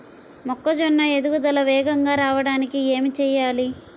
మొక్కజోన్న ఎదుగుదల వేగంగా రావడానికి ఏమి చెయ్యాలి?